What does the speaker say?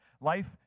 Life